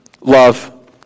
love